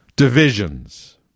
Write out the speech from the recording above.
Divisions